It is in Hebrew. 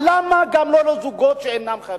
אבל למה לא גם לזוגות שאינם חרדים,